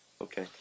Okay